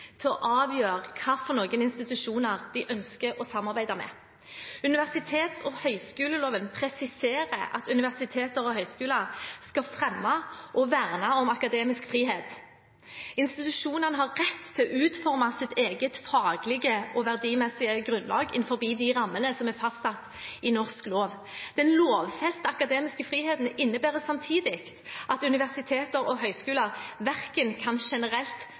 til å avgjøre hva slags institusjoner de ønsker å samarbeide med. Universitets- og høyskoleloven presiserer at universiteter og høyskoler skal fremme og verne om akademisk frihet. Institusjonene har rett til å utforme sitt eget faglige og verdimessige grunnlag innenfor de rammene som er fastsatt i norsk lov. Den lovfestede akademiske friheten innebærer samtidig at universiteter og høyskoler verken kan generelt